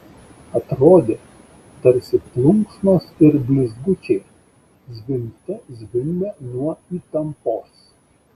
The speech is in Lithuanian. atrodė tarsi plunksnos ir blizgučiai zvimbte zvimbia nuo įtampos